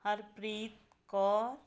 Harpreet Kaur